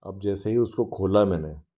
अब जैसे ही उसको खोला मैंने